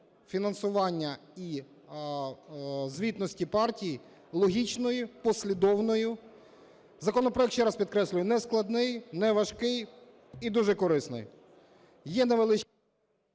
фінансування і звітності партії логічною, послідовною. Законопроект, ще раз підкреслюю, нескладний, неважкий і дуже корисний.